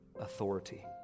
authority